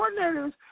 coordinators